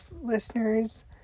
listeners